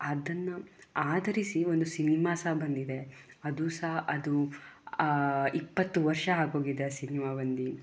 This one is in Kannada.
ಅದನ್ನು ಆಧರಿಸಿ ಒಂದು ಸಿನಿಮಾ ಸಹ ಬಂದಿದೆ ಅದೂ ಸಹ ಅದು ಇಪ್ಪತ್ತು ವರ್ಷ ಆಗೋಗಿದೆ ಆ ಸಿನಿಮಾ ಬಂದು